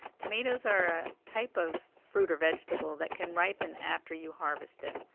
tomatoes are a type of fruit or vegetable that can ripen after you harvest it.